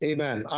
Amen